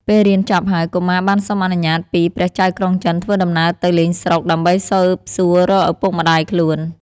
ពេលរៀនចប់ហើយ កុមារបានសុំអនុញ្ញាតពីព្រះចៅក្រុងចិន ធ្វើដំណើរទៅលេងស្រុក ដើម្បីស៊ើបសួររកឪពុកម្តាយខ្លួន។